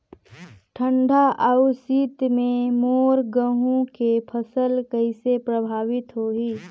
ठंडा अउ शीत मे मोर गहूं के फसल कइसे प्रभावित होही?